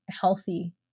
healthy